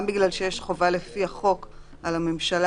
גם בגלל שיש חובה לפי החוק על הממשלה